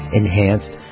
enhanced